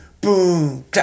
boom